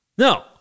No